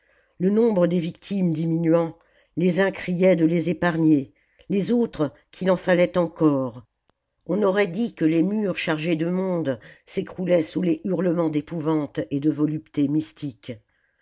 le nombre des victimes diminuant les uns criaient de les épargner les autres qu'il en fallait encore on aurait dit que les murs chargés de monde s'écroulaient sous les hurlements d'épouvante et de volupté mystique